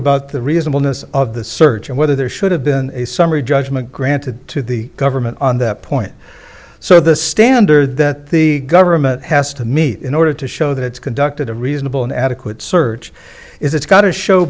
reasonableness of the search and whether there should have been a summary judgment granted to the government on that point so the standard that the government has to meet in order to show that it's conducted a reasonable and adequate search is it's got to show